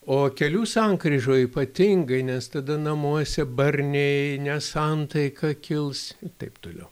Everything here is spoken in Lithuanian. o kelių sankryžoj ypatingai nes tada namuose barniai nesantaika kils ir taip toliau